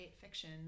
fiction